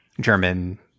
German